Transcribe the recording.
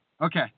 Okay